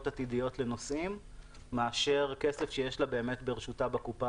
עתידיות לנוסעים מאשר כסף שיש לה בקופה,